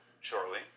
shortly